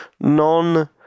non